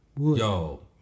Yo